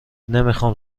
نمیخام